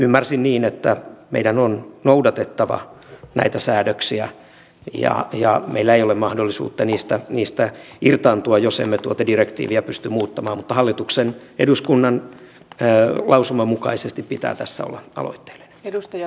ymmärsin niin että meidän on noudatettava näitä säädöksiä ja meillä ei ole mahdollisuutta niistä irtaantua jos emme tuota direktiiviä pysty muuttamaan mutta hallituksen pitää eduskunnan lausuman mukaisesti tässä olla aloitteellinen